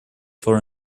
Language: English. for